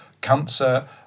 cancer